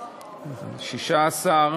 16),